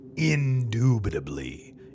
Indubitably